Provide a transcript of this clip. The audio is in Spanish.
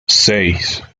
seis